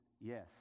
yes